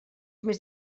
més